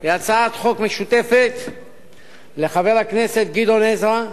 היא הצעת חוק משותפת לחבר הכנסת גדעון עזרא,